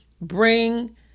Bring